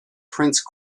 prince